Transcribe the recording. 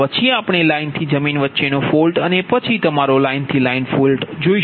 આ પછી આપણે લાઇનથી જમીન વચ્ચેનો ફોલ્ટ અને પછી તમારો લાઇનથી લાઇન ફોલ્ટ જોઇશુ